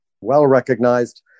well-recognized